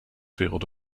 field